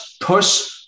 push